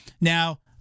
Now